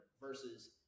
Versus